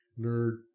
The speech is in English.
Nerd